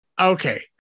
Okay